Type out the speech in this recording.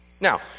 now